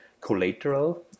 collateral